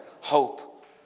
hope